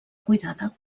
cuidada